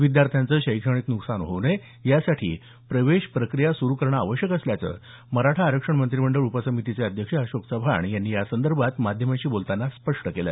विद्यार्थ्यांचं शैक्षणिक नुकसान होऊ नये यासाठी प्रवेश प्रक्रिया सुरू करणं आवश्यक असल्याचं मराठा आरक्षण मंत्रिमंडळ उपसमितीचे अध्यक्ष अशोक चव्हाण यांनी यासंदर्भात माध्यमांशी बोलताना स्पष्ट केलं